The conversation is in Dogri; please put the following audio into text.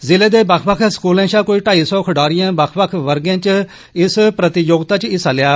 जिले दे बक्ख बक्ख स्कूलें शा कोई ढाई सौ खड़ा रिये बक्ख बक्ख वर्गे च इस प्रतियोगिता च हिस्सा लेआ